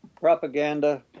propaganda